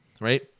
right